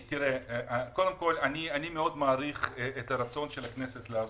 אני מאוד מעריך את הרצון של הכנסת לעזור.